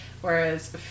whereas